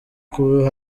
kuba